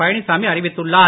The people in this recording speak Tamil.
பழனிசாமி அறிவித்துள்ளார்